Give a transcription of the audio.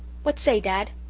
what say, dad?